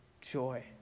joy